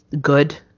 good